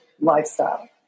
lifestyle